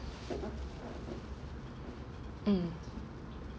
mm